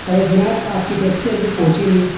ارے جناب آپ کی ٹیکسی ابھی تک پہنچی نہیں